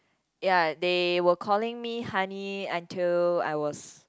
ya they were calling me honey until I was